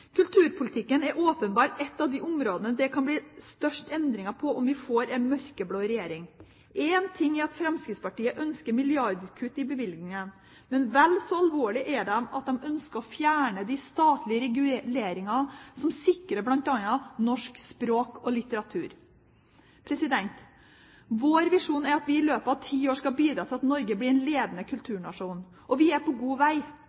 Kulturpolitikken er åpenbart et av de områdene det kan bli størst endringer på om vi får en mørkeblå regjering. Én ting er at Fremskrittspartiet ønsker milliardkutt i bevilgningene, men vel så alvorlig er det at de ønsker å fjerne de statlige reguleringene som sikrer bl.a. norsk språk og litteratur. Vår visjon er at vi i løpet av ti år skal bidra til at Norge blir en ledende kulturnasjon. Og vi er på god vei.